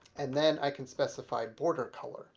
and then i can specify bordercolor